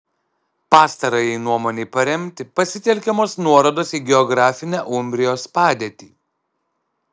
pastarajai nuomonei paremti pasitelkiamos nuorodos į geografinę umbrijos padėtį